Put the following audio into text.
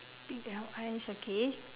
big round eyes okay